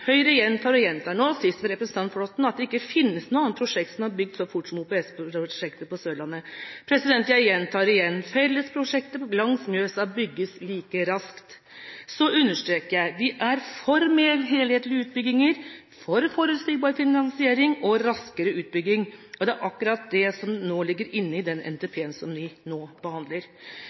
Høyre gjentar og gjentar – nå sist ved representanten Flåtten – at det ikke finnes noe prosjekt som er bygd så fort som OPS-prosjektet på Sørlandet. Jeg gjentar: Fellesprosjektet langs Mjøsa bygges like raskt. Jeg understreker: Vi er for mer helhetlige utbygginger, for forutsigbar finansiering og raskere utbygging. Det er akkurat dette som ligger i den NTP-en som vi nå behandler.